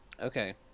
Okay